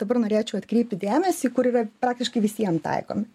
dabar norėčiau atkreipti dėmesį kur yra praktiškai visiem taikomi